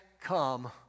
come